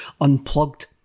Unplugged